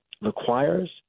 requires